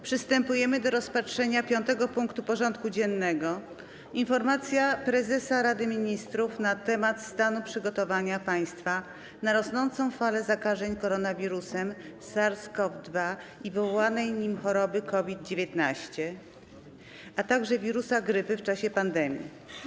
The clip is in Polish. Przystępujemy do rozpatrzenia punktu 5. porządku dziennego: Informacja Prezesa Rady Ministrów na temat stanu przygotowania państwa na rosnącą falę zakażeń koronawirusem SARS-CoV-2 i wywoływanej nim choroby COVID-19, a także wirusa grypy w czasie pandemii koronawirusa.